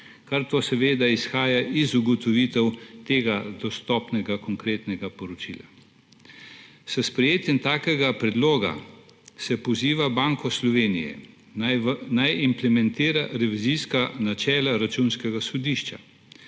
kar pa seveda izhaja iz ugotovitev tega dostopnega konkretnega poročila. S sprejetjem takega predloga se poziva Banko Slovenije, naj implementira revizijska načela Računskega sodišča.